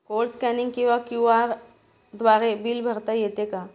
Code scanning किंवा QR द्वारे bill भरता येते का?